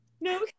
No